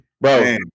Bro